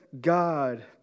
God